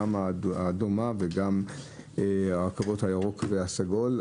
גם האדומה וגם הקווים הירוק והסגול.